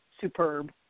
superb